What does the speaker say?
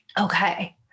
Okay